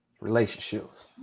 Relationships